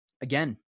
Again